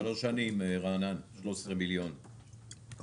שלוש שנים, רענן; 13 מיליון ₪.